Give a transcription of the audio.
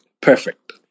perfect